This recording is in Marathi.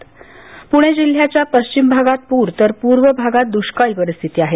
प्णे जिल्ह्याच्या पश्चिम भागात प्रर तर प्रर्व भागात दुष्काळी परिस्थिती आहे